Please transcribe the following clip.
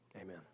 amen